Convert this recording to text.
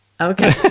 Okay